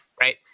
Right